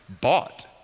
bought